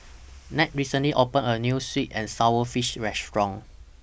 Nat recently opened A New Sweet and Sour Fish Restaurant